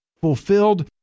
fulfilled